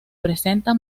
presenta